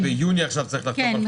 נגיד ביוני צריך לחתום על חוזה.